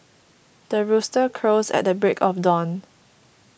the rooster crows at the break of dawn